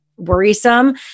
worrisome